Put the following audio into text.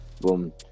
boom